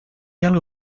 algo